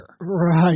Right